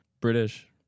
British